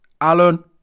Alan